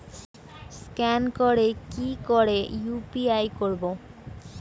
Scan করে কি করে ইউ.পি.আই করবো?